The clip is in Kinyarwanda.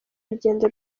rugendo